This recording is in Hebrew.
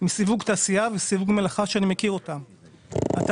מסיווג תעשייה ומסיווג מלאכה שאני מכיר: התעריף